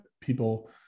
people